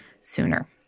sooner